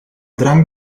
drank